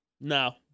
no